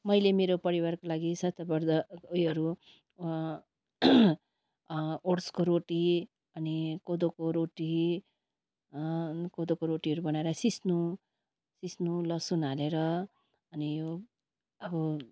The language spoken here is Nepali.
मैले मेरो परिवारको लागि स्वास्थ्यवर्धक उयोहरू ओट्सको रोटी अनि कोदोको रोटी कोदोको रोटीहरू बनाएर सिस्नो सिस्नो लसुन हालेर अनि यो अब